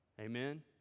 Amen